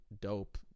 dope